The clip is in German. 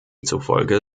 zufolge